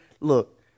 Look